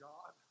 God